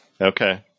Okay